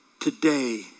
Today